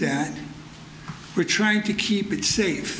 that we're trying to keep it safe